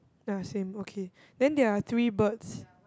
ya same okay then there are three birds